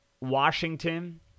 Washington